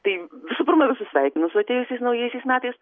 tai visų pirma visus sveikinu su atėjusiais naujaisiais metais